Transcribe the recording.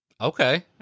Okay